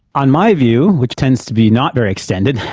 on my view, which tends to be not very extended,